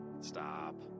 Stop